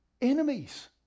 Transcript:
enemies